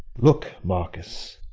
look, marcus!